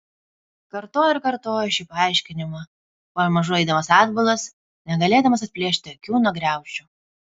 kartojo ir kartojo šį paaiškinimą pamažu eidamas atbulas negalėdamas atplėšti akių nuo griaučių